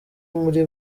muri